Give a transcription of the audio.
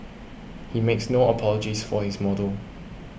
he makes no apologies for his model